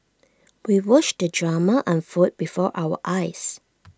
we watched the drama unfold before our eyes